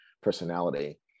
personality